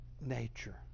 nature